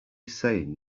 saying